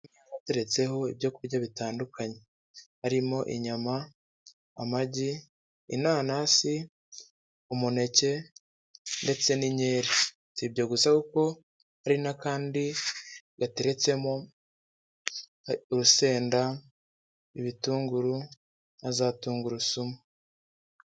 Iteretseho ibyo kurya bitandukanye birimo; inyama, amagi, inanasi, umuneke, ndetse n'inkeri. Si ibyo gusa kuko hari n'akandi gateretsemo urusenda, ibitunguru na zatungurusumu.